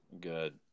good